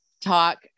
talk